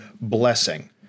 blessing